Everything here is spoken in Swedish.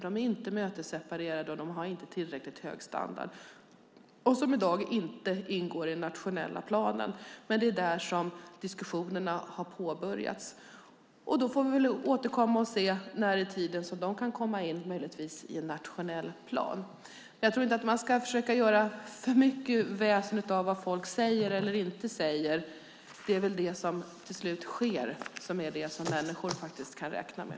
De är inte mötesseparerade, de har inte tillräckligt hög standard och de ingår i dag inte i den nationella planen. Det är där diskussionerna har påbörjats. Vi återkommer om när de möjligen kan komma med i en nationell plan. Man ska nog inte göra för mycket väsen av vad folk säger eller inte säger; det är det som sker som människor kan räkna med.